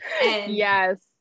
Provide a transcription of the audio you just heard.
Yes